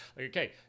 Okay